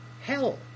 hell